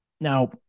Now